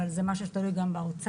אבל זה תלוי גם באוצר,